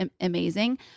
amazing